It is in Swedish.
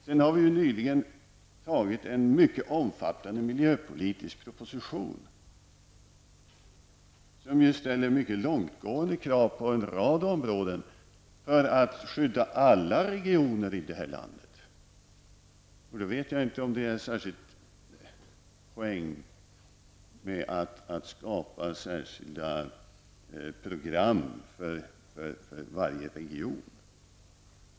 Vi har ju dessutom nyligen antagit en mycket omfattande miljöpolitisk proposition, som på en rad områden ställer mycket långtgående krav i syfte att skydda alla regioner i landet. Jag vet därför inte om det är någon särskild poäng med att skapa särskilda program för varje region.